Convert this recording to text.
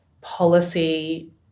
policy